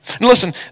Listen